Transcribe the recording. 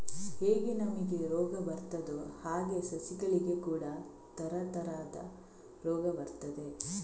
ಹೇಗೆ ನಮಿಗೆ ರೋಗ ಬರ್ತದೋ ಹಾಗೇ ಸಸಿಗಳಿಗೆ ಕೂಡಾ ತರತರದ ರೋಗ ಬರ್ತದೆ